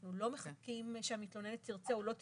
אנחנו לא מחכים שהמתלוננת תרצה או לא תרצה.